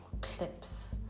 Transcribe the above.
clips